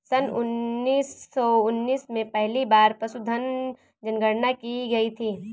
सन उन्नीस सौ उन्नीस में पहली बार पशुधन जनगणना की गई थी